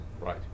Right